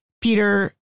Peter